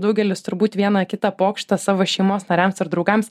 daugelis turbūt vieną kitą pokštą savo šeimos nariams ar draugams